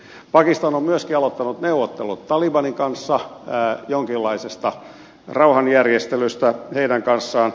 pakistan on myöskin aloittanut neuvottelut talibanin kanssa jonkinlaisesta rauhanjärjestelystä heidän kanssaan